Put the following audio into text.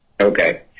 Okay